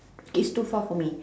is too far for me